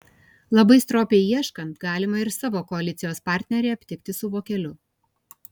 labai stropiai ieškant galima ir savo koalicijos partnerį aptikti su vokeliu